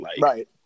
right